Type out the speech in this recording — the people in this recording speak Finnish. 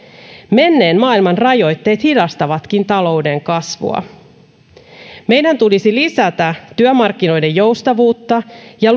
menneen maailman rajoitteet hidastavatkin talouden kasvua meidän tulisi lisätä työmarkkinoiden joustavuutta ja